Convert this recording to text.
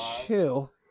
Chill